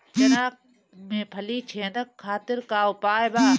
चना में फली छेदक खातिर का उपाय बा?